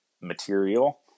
material